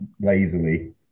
lazily